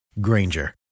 Granger